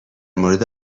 مورد